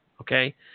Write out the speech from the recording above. okay